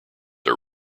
are